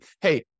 hey